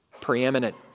Preeminent